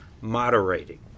moderating